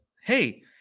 hey